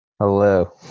Hello